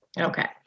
Okay